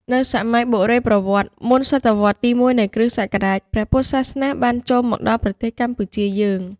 នៅសម័យបុរេប្រវត្តិ មុនសតវត្សទី ១ នៃគ.ស. ព្រះពុទ្ធសាសនាបានចូលមក ដល់ប្រទេសកម្ពុជាយើង។